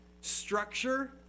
structure